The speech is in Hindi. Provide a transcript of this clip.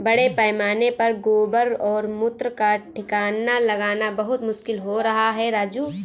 बड़े पैमाने पर गोबर और मूत्र का ठिकाना लगाना बहुत मुश्किल हो रहा है राजू